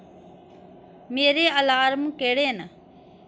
मेरे अलार्म केह्ड़े न